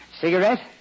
Cigarette